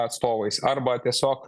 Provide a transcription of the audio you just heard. atstovais arba tiesiog